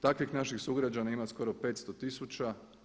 Takvih naših sugrađana ima skoro 500 tisuća.